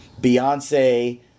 Beyonce